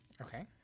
Okay